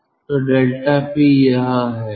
तो ∆p यह है